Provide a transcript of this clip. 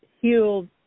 healed